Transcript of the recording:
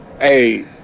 Hey